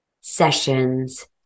sessions